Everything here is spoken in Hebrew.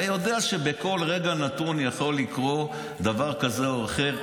אתה יודע שבכל רגע נתון יכול לקרות דבר כזה או אחר,